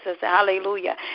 Hallelujah